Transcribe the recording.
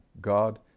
God